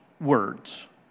words